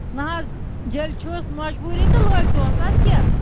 نَہ حظ ییٚلہِ چھُس مجبوٗری تہٕ لٲگتٕہوس دٕ کیٛاہ